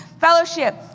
Fellowship